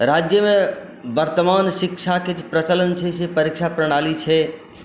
राज्यमे वर्तमान शिक्षाके जे प्रचलन छै से परीक्षा प्रणाली छै